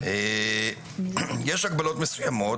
יש הגבלות מסוימות.